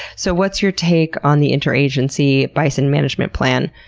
so what's your take on the interagency bison management plan?